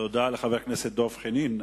תודה לחבר הכנסת דב חנין.